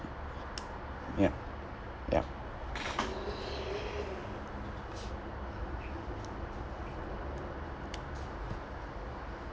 yup yup